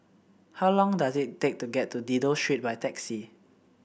how long does it take to get to Dido Street by taxi